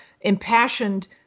impassioned